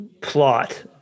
Plot